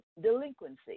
delinquency